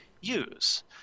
use